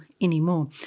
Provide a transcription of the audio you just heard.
anymore